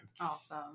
awesome